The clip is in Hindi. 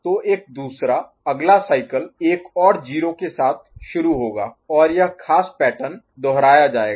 तो एक दूसरा अगला साइकिल एक और 0 के साथ शुरू होगा और यह खास पैटर्न दोहराया जाएगा